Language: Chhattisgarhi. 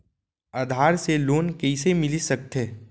आधार से लोन कइसे मिलिस सकथे?